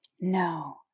No